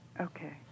Okay